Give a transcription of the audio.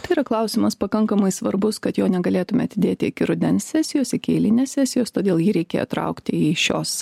tai yra klausimas pakankamai svarbus kad jo negalėtume atidėti iki rudens sesijos iki eilinės sesijos todėl jį reikėjo traukti į šios